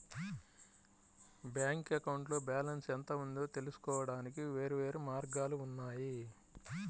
bank అకౌంట్లో balance ఎంత ఉందో తెలుసుకోవడానికి వేర్వేరు మార్గాలు ఉన్నాయి